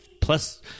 plus